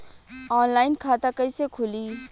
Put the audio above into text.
Online खाता कइसे खुली?